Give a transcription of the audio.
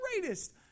greatest